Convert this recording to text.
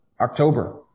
October